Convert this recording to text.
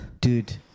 Dude